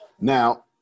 Now